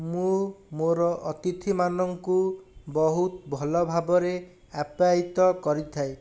ମୁଁ ମୋର ଅତିଥିମାନଙ୍କୁ ବହୁତ ଭଲ ଭାବରେ ଆପାୟିତ କରିଥାଏ